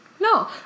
No